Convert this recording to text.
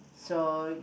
so